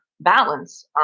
balance